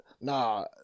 Nah